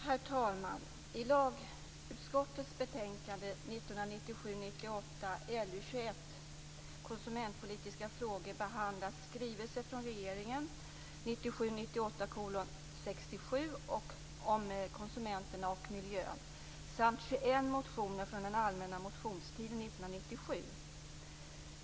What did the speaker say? Herr talman! I lagutskottets betänkande 1997 98:67 om konsumenterna och miljön samt 21 motioner från den allmänna motionstiden 1997.